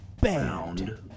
Bound